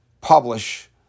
publish